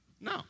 No